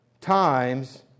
times